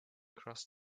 cross